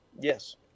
yes